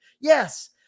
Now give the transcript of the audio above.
Yes